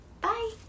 Bye